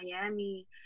Miami